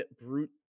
brute